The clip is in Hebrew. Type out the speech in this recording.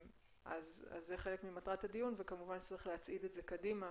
אז זה חלק ממטרת הדיון וכמובן נצטרך להצעיד את זה קדימה